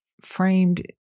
framed